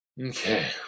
Okay